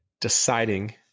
Deciding